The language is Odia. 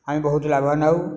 ଆମେ ବହୁତ ଲାଭବାନ ହେଉ